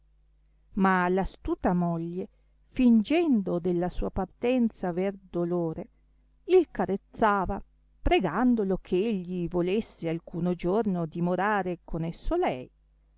ma l'astuta moglie fìngendo della sua partenza aver dolore il carezzava pregandolo che egli volesse alcuno giorno dimorare con esso lei